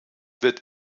wird